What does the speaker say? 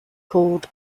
called